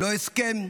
לא הסכם,